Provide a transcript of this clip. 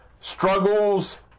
Struggles